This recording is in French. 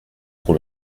pour